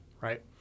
Right